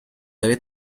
debe